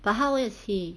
but how old is he